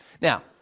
Now